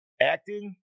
acting